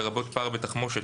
לרבות פער בתחמושת,